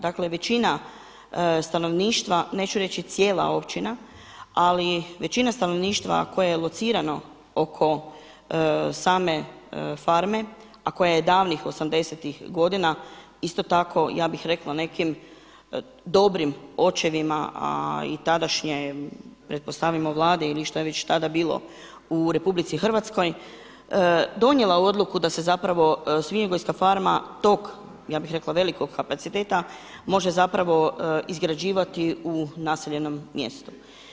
Dakle većina stanovništva, neću reći cijela općina, ali većina stanovništva koje je locirano oko same farme a koja je davnih '80.-ti godina, isto tako nekim dobrim očevima a i tadašnjem pretpostavimo Vladi ili šta je već tada bilo u RH donijela odluku da se zapravo svinjogojska farma, tog, ja bih rekla velikog kapaciteta može zapravo izgrađivati u naseljenom mjestu.